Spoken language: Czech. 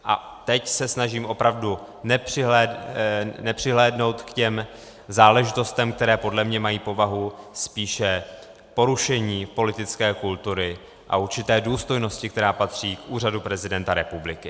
A teď se snažím opravdu nepřihlédnout k těm záležitostem, které podle mne mají povahu spíše porušení politické kultury a určité důstojnosti, která patří k úřadu prezidenta republiky.